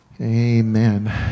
Amen